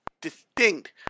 distinct